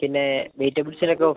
പിന്നെ വെജിറ്റബ്ൾസിനൊക്കെ